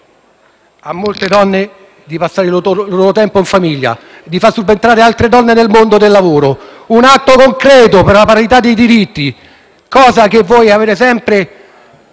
opzione donna, di passare il loro tempo in famiglia e di farne subentrare altre nel mondo del lavoro; un atto concreto per la parità dei diritti, cosa che voi avete sempre